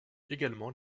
également